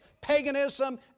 paganism